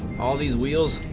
all these wheels